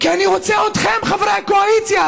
כי אני רוצה אתכם, חברי הקואליציה: